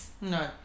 no